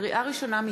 לקריאה ראשונה,